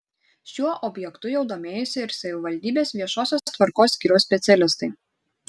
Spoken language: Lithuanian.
šiuo objektu jau domėjosi ir savivaldybės viešosios tvarkos skyriaus specialistai